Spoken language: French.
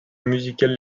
musicales